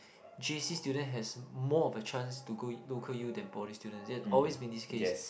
j_c student has more of a chance to go local U than poly student it has always been this case